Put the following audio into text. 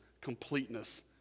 completeness